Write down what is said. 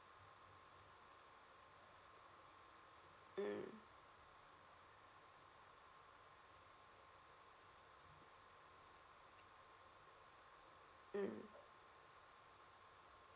mm mm